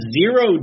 zero